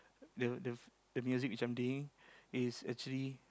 the the the music which I'm doing is actually